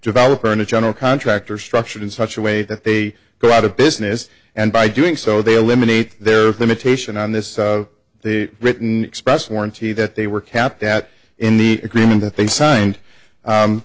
developer and a general contractor structured in such a way that they go out of business and by doing so they eliminate their limitation on this written express warranty that they were kept at in the agreement that they signed